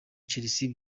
chelsea